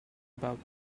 about